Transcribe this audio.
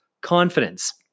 confidence